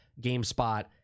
GameSpot